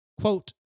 quote